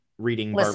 Reading